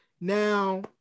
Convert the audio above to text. Now